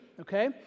okay